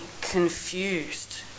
confused